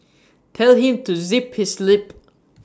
tell him to zip his lip